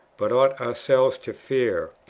but ought ourselves to fear,